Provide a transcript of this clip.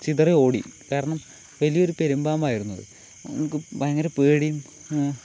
ചിതറി ഓടി കാരണം വലിയൊരു പെരുമ്പാമ്പായിരുന്നു അത് നമുക്ക് ഭയങ്കര പേടിയും